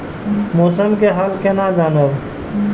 मौसम के हाल केना जानब?